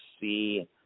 see